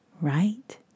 right